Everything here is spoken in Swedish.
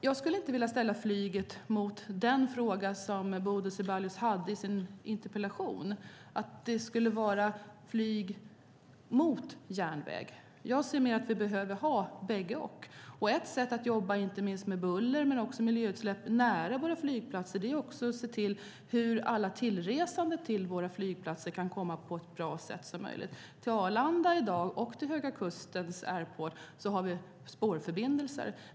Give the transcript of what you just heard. Jag skulle inte vilja ställa flyget mot järnväg som Bodil Ceballos gör i sin interpellation. Jag tycker att vi behöver ha både-och. Ett sätt att jobba med buller och miljöutsläpp nära flygplatserna är att se till att de som reser till flygplatserna kan göra det på ett så bra sätt som möjligt. Till Arlanda och till Höga Kusten Airport har vi spårförbindelser.